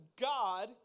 God